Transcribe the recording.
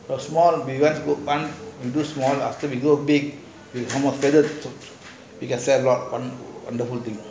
from small you use small ah we go big then we can sell a lot